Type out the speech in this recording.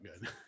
good